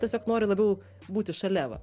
tiesiog nori labiau būti šalia va